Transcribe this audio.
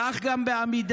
כך גם בעמידר,